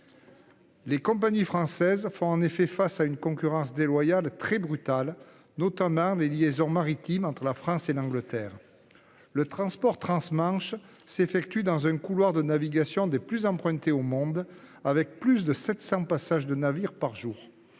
Les compagnies françaises font face à une concurrence déloyale très brutale, notamment sur les liaisons maritimes entre la France et l'Angleterre. Le transport transmanche s'effectue dans un couloir de navigation parmi les plus empruntés au monde, dans lequel on dénombre plus de 700 passages de navires par jour.